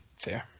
Fair